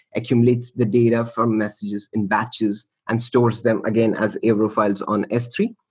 accumulates the data from messages in batches and stores them again as avro files on s three.